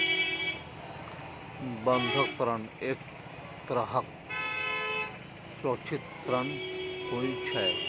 बंधक ऋण एक तरहक सुरक्षित ऋण होइ छै